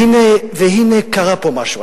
והנה, קרה פה משהו.